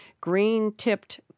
green-tipped